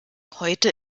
heute